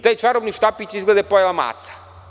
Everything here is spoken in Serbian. Taj čarobni štapić je izgleda pojela maca.